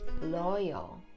loyal